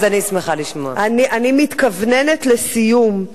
אני מתחילה להתכוונן לסיום.